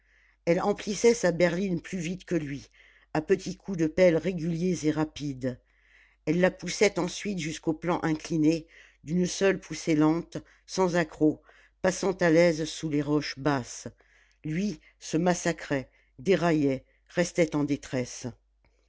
elle emplissait sa berline plus vite que lui à petits coups de pelle réguliers et rapides elle la poussait ensuite jusqu'au plan incliné d'une seule poussée lente sans accrocs passant à l'aise sous les roches basses lui se massacrait déraillait restait en détresse